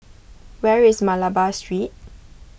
where is Malabar Street